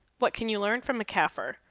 what can you learn from a cafr?